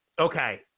Okay